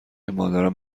مادرم